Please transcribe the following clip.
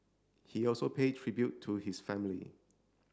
he also paid tribute to his family